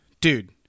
Dude